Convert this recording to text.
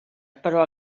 però